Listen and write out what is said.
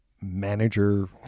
manager